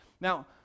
Now